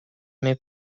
may